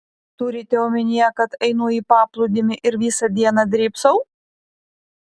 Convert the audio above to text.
turite omenyje kad einu į paplūdimį ir visą dieną drybsau